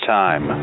time